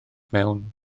mewn